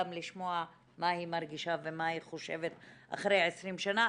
גם לשמוע מה היא מרגישה ומה היא חושבת אחרי 20 שנה.